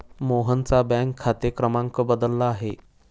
मोहनचा बँक खाते क्रमांक बदलला आहे